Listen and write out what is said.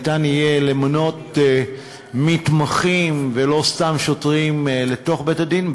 ניתן יהיה למנות מתמחים ולא סתם שוטרים לבית-הדין,